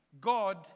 God